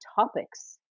topics